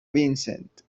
vincent